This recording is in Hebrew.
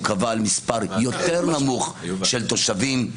הוא קבע על מספר יותר נמוך של תושבים,